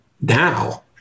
now